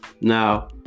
Now